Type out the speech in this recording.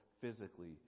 physically